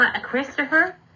Christopher